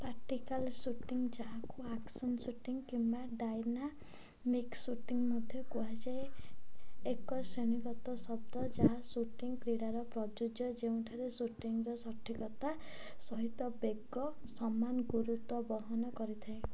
practical shooting ଯାହାକୁ action shooting କିମ୍ବା dynamic shooting ମଧ୍ୟ କୁହାଯାଏ ଏକ ଶ୍ରେଣୀଗତ ଶବ୍ଦ ଯାହା ସୁଟିଂ କ୍ରୀଡ଼ାରେ ପ୍ରଯୁଜ୍ୟ ଯେଉଁଠାରେ ସୁଟିଂର ସଠିକତା ସହିତ ବେଗ ସମାନ ଗୁରୁତ୍ୱ ବହନ କରିଥାଏ